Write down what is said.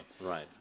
right